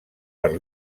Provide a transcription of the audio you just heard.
per